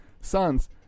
sons